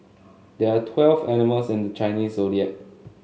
there are twelve animals in the Chinese Zodiac